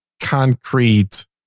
concrete